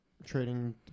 trading